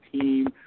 team